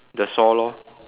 the saw lor